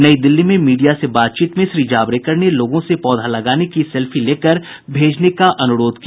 नई दिल्ली में मीडिया से बातचीत में श्री जावड़ेकर ने लोगों से पौधा लगाने की सेल्फी लेकर भेजने का भी अनुरोध किया